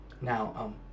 Now